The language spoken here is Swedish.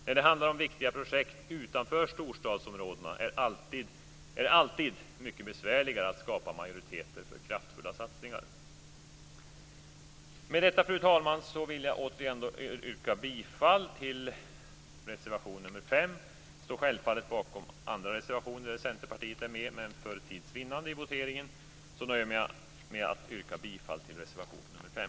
När det handlar om viktiga projekt utanför storstadsområdena är det alltid mycket besvärligare att skapa majoriteter för kraftfulla satsningar. Med detta, fru talman, vill jag yrka bifall till reservation 5. Jag står självfallet bakom andra reservationer där Centerpartiet är med, men för tids vinnande i voteringen nöjer jag mig med att yrka bifall till reservation 5.